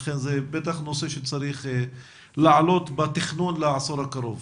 זה בוודאי נושא שצריך לעלות בתכנון לעשור הקרוב.